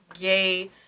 gay